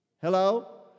Hello